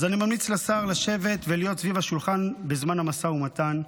אז אני ממליץ לשר לשבת ולהיות סביב השולחן בזמן המשא ומתן,